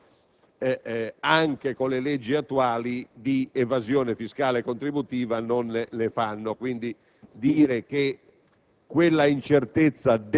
che c'è un'incertezza normativa che determina evasione fiscale e contributiva. Credo infatti che, se i senatori oggi vogliono,